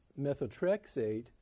methotrexate